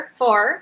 four